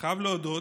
חייב להודות,